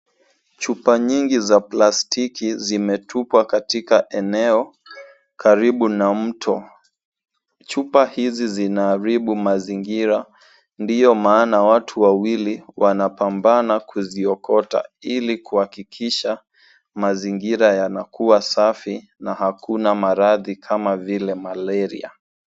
Chupa nyingi za plastiki zimetupwa katika eneo, karibu na mto. Chupa hizi zinaharibu mazingira, ndio maana watu wawili wanapambana kuziokota, ili kuhakikisha mazingira yanakuwa safi na hakuna maradhi kama vile malaria.